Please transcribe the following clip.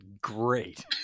great